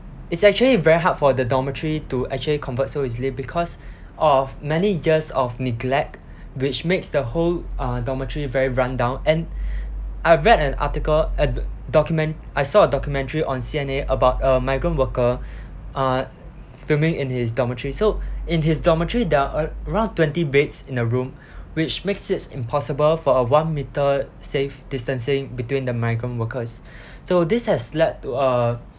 it's actually very hard for the dormitory to actually convert so easily because of many years of neglect which makes the whole uh dormitory very rundown and I read an article and document I saw a documentary on C_N_A about a migrant worker uh filming in his dormitory so in his dormitory there are around twenty beds in a room which makes it impossible for a one metre safe distancing between the migrant workers so this has led to a